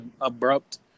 abrupt